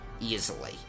easily